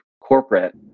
corporate